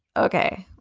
okay,